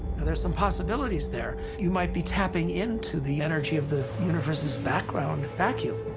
and there are some possibilities there. you might be tapping into the energy of the universe's background vacuum,